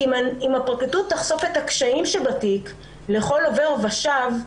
כי אם הפרקליטות תחשוף את הקשיים שבתיק לכל עובר ושב,